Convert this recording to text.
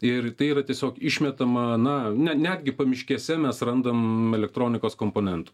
ir tai yra tiesiog išmetama na ne netgi pamiškėse mes randam elektronikos komponentų